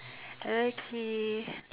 okay